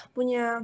Punya